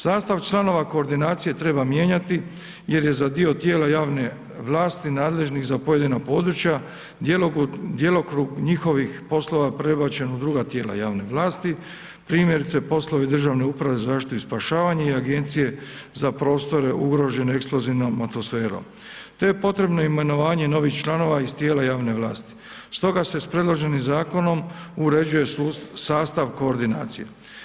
Sastav članova koordinacije treba mijenjati jer je za dio tijela javne vlasti nadležnih za pojedina područja djelokrug njihovih poslova prebačen u druga tijela javne vlasti, primjerice poslovi Državne uprave za zaštitu i spašavanje i Agencije za prostore ugrožene eksplozivnom atmosferom, te je potrebno imenovanje novih članova iz tijela javne vlasti, stoga se s predloženim zakonom uređuje sastav koordinacije.